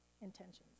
intentions